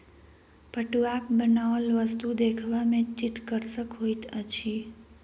पटुआक बनाओल वस्तु देखबा मे चित्तकर्षक होइत अछि